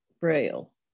Braille